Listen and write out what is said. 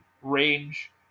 range